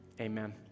Amen